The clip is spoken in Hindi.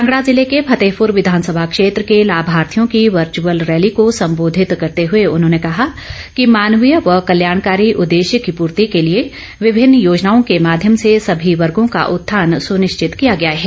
कांगड़ा जिले के फतेहपुर विधानसभा क्षेत्र के लाभार्थियों की वर्चअल रैली को सम्बोधित करते हुए उन्होंने कहा कि मानवीय व कल्याणकारी उद्देश्य की पूर्ति के लिए विभिन्न योजनाओं के माध्यम से सभी वर्गों का उत्थान सुनिश्चित किया गया है